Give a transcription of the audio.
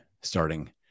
starting